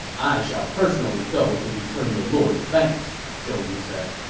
i shall personally go to return your lord's thanks, zhou yu said